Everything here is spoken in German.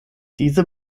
diese